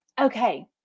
okay